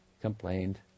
complained